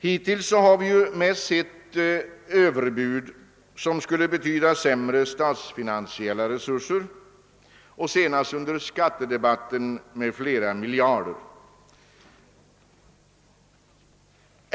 Hittills — och senast under skattedebatten — har vi mest sett överbud, som skulle medföra en minskning av de statsfinansiella resurserna med flera miljarder.